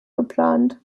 geplant